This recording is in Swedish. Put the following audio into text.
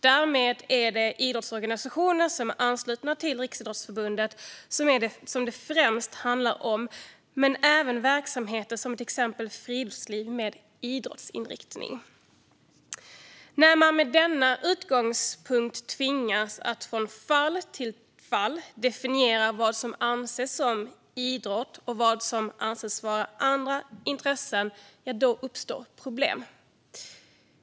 Därmed handlar det främst om idrottsorganisationer som är anslutna till Riksidrottsförbundet men även verksamheter inom friluftsliv med idrottsinriktning. När man med denna utgångspunkt tvingas att från fall till fall definiera vad som anses som idrott och vad som anses vara andra intressen uppstår problem.